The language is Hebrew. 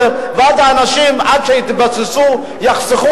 כול העדפה לנשים שבאות ממקומות אחרים.